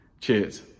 Cheers